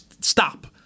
stop